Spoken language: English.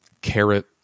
carrot